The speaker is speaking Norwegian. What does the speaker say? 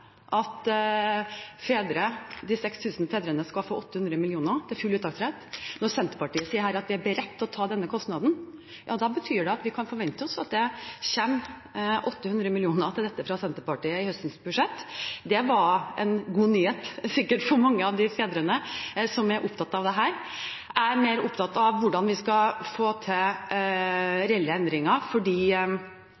at disse 6 000 fedrene skal få 800 mill. kr til full uttaksrett. Når Senterpartiet sier at de er beredt til å ta denne kostnaden, betyr det at vi kan forvente oss at det kommer 800 mill. kr til dette fra Senterpartiet i høstens budsjett. Det var en god nyhet, sikkert, for mange av de fedrene som er opptatt av dette. Jeg er mer opptatt av hvordan vi skal få til